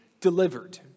delivered